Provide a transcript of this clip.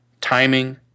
timing